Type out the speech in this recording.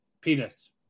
peanuts